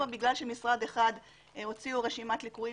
בגלל שמשרד אחד הוציא רשימת ליקויים.